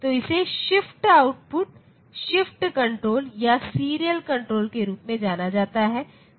तो इसे shift output shift control या सीरियल कंट्रोल के रूप में जाना जाता है